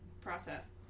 process